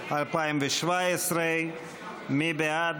התשע"ז 2017. מי בעד?